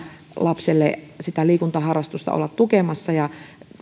lapselle liikuntaharrastusta olla tukemassa